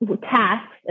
tasks